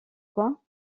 quoi